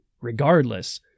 regardless